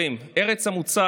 תראו, חברים, ארץ המוצא